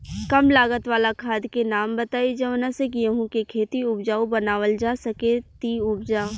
कम लागत वाला खाद के नाम बताई जवना से गेहूं के खेती उपजाऊ बनावल जा सके ती उपजा?